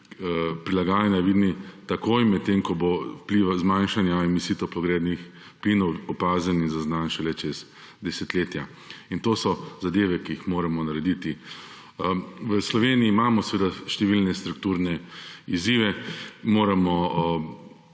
prilagajanja vidni takoj, medtem ko bodo vplivi zmanjšanja emisij toplogrednih plinov opaženi in zaznani šele čez desetletja. In to so zadeve, ki jih moramo narediti. V Sloveniji imamo seveda številne strukturne izzive, moramo